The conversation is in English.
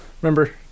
Remember